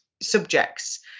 subjects